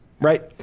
right